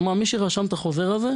בית המשפט אמר: מי שרשם את החוזר הזה,